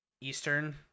Eastern